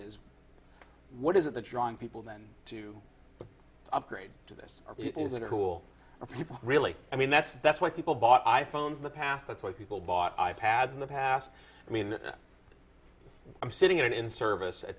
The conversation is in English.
is what is it the drawing people then to upgrade to this or is it who'll are people really i mean that's that's why people bought i phones in the past that's why people bought i pads in the past i mean i'm sitting at an in service